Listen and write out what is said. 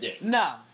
No